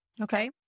Okay